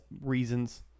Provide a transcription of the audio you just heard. reasons